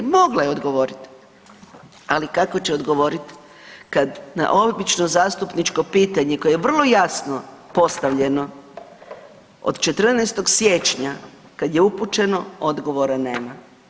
Mogla je odgovoriti, ali kako će odgovoriti kad na obično zastupničko pitanje koje je vrlo jasno postavljeno od 14. siječnja kad je upućeno, odgovora nema.